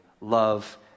love